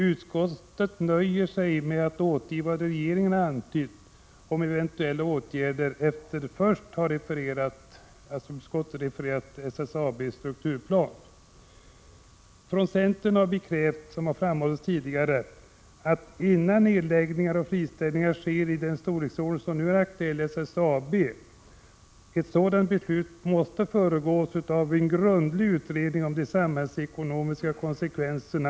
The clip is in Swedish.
Utskottet nöjer sig med att återge vad regeringen har antytt om eventuella åtgärder efter att först ha refererat SSAB:s strukturplan. Från centern menar vi att ett beslut om nedläggningar och friställningar i den storleksordning som nu är aktuell i SSAB skall föregås av en grundlig utredning av de samhällsekonomiska konsekvenserna.